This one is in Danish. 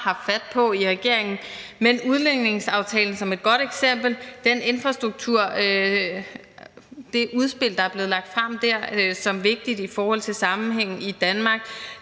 haft fat på i regeringen, men udligningsaftalen er et godt eksempel; så er der det infrastrukturudspil, der er blevet lagt frem, og som er vigtigt i forhold til sammenhængen i Danmark;